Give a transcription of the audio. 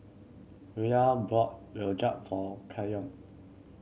Villa bought rojak for Kenyon